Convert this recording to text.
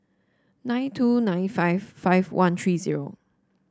nine two nine five five one three zero